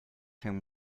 him